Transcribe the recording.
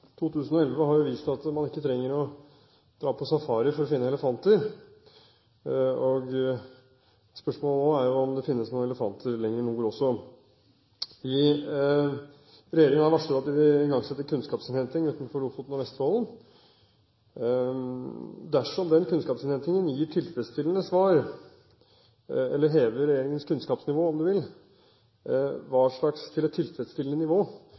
2011 har vist at man ikke trenger å dra på safari for å finne elefanter. Spørsmålet nå er jo om det finnes noen elefanter lenger nord også. Regjeringen har varslet at den vil igangsette kunnskapsinnhenting utenfor Lofoten og Vesterålen. Dersom den kunnskapsinnhentingen gir tilfredsstillende svar – eller hever regjeringens kunnskapsnivå, om du vil, til et tilfredsstillende nivå